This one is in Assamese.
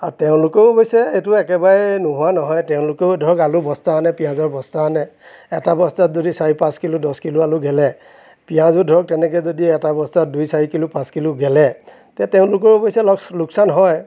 আৰু তেওঁলোকৰ অৱশ্যে এইটো একেবাৰে নোহোৱা নহয় তেওঁলোকেও ধৰক আলুৰ বস্তা আনে পিয়াঁজৰ বস্তা আনে এটা বস্তাত যদি চাৰি পাঁচ কিলো দহ কিলো আলু গেলে পিয়াঁজো ধৰক তেনেকৈ যদি এটা বস্তাত দুই চাৰি কিলো পাঁচ কিলো গেলে তে তেওঁলোকৰো অৱশ্যে লচ লোকচান হয়